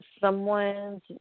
someone's